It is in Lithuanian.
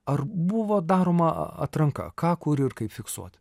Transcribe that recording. ar buvo daroma atranka ką kur ir kaip fiksuoti